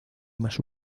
más